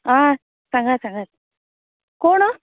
आं सांगा सांगात कोण